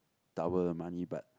double the money but